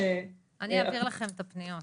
אני אעביר לכם את הפניות.